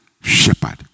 shepherd